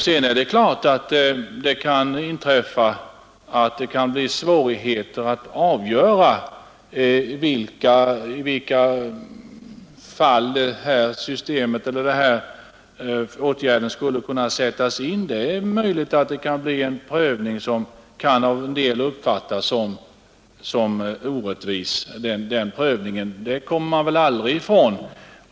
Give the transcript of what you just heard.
Det är klart att det kan bli svårt att avgöra i vilka fall denna åtgärd skulle kunna sättas in. Det är möjligt att det kan bli fråga om en prövning som av somliga kan uppfattas som orättvis. Det kommer man aldrig ifrån.